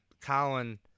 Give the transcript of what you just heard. Colin